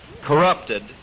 corrupted